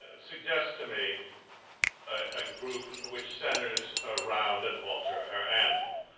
suggests to me a group which centers around an altar or anvil,